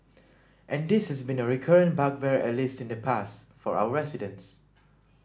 and this has been a recurrent bugbear at least in the past for our residents